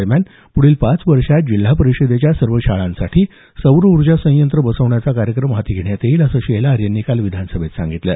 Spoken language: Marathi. दरम्यान प्ढील पाच वर्षात जिल्हा परिषदेच्या सर्व शाळांसाठी सौर ऊर्जा सयंत्र बसवण्याचा कार्यक्रम हाती घेण्यात येईल असं शेलार यांनी काल विधानसभेत सांगितलं